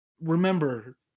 remember